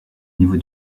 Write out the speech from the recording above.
niveau